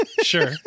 Sure